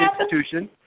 institution